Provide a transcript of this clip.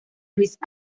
luis